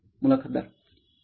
मुलाखतदार ठीक आहे